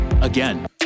Again